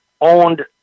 owned